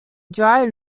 dried